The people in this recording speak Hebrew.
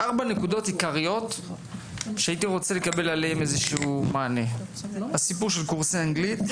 ארבע נקודות עיקריות שהייתי רוצה לקבל עליהן איזשהו מענה: קורסי אנגלית,